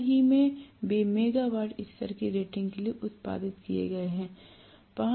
हाल ही में वे मेगावाट स्तर के रेटिंग के लिए उत्पादित किए गए हैं